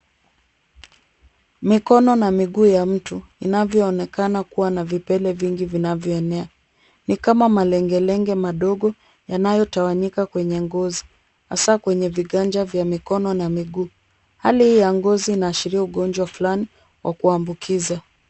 Mikono na miguu ya mtu inavyoonekana kuwa na vipele vingi vinavyoenea. Ni kama malengelenge madogo yanayotawanyika kwenye ngozi hasa kwenye viganja vya mikono na miguu. Hali hii ya ngozi inaashiria ugonjwa fulani wa kuambukiza.